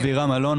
שמי אבירם אלון,